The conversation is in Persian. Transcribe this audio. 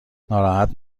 ناراحت